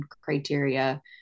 criteria